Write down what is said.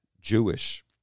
Jewish